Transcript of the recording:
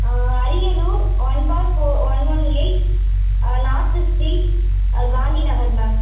Ariyalur one four four one one eight north street Gandhinagar ma'am